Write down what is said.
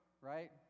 right